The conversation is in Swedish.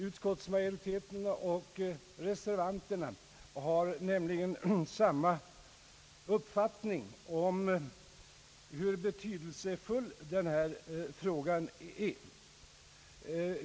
Utskottsmajoriteten och reservanterna har nämligen samma uppfattning om hur betydelsefull denna fråga är.